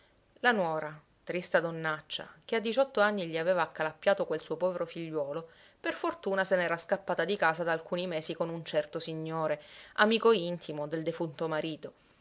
la nuora trista donnaccia che a diciotto anni gli aveva accalappiato quel suo povero figliuolo per fortuna se n'era scappata di casa da alcuni mesi con un certo signore amico intimo del defunto marito